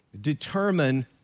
determine